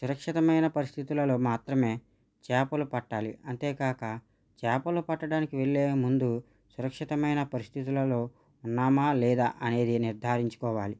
సురక్షితమైన పరిస్థితులలో మాత్రమే చేపలు పట్టాలి అంతేకాక చేపలు పట్టడానికి వెళ్లే ముందు సురక్షితమైన పరిస్థితులలో ఉన్నామా లేదా అనేది నిర్ధారించుకోవాలి